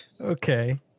Okay